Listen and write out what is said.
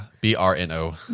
B-R-N-O